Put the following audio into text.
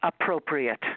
appropriate